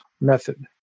method